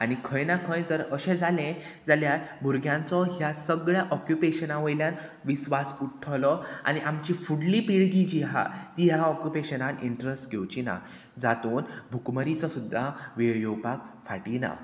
आनी खंय ना खंय जर अशें जालें जाल्यार भुरग्यांचो ह्या सगळ्या ऑक्युपेशना वयल्यान विस्वास उठ्ठलो आनी आमची फुडली पिळगी जी आहा ती ह्या ऑक्युपेशनान इंट्रस्ट घेवची ना जातून भुकमरीचो सुद्दां वेळ येवपाक फाटी ना